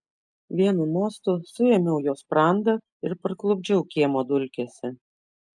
vienu mostu suėmiau jo sprandą ir parklupdžiau kiemo dulkėse